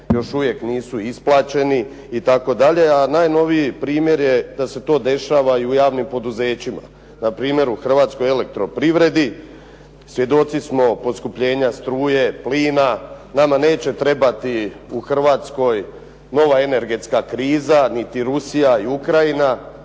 još uvijek nisu isplaćeni itd. A najnoviji primjer je da se to dešava i u javnim poduzećima, npr. u Hrvatskoj elektroprivredi. Svjedoci smo poskupljenja struje, plina. Nama neće trebati u Hrvatskoj nova energetska kriza, niti Rusija i Ukrajina,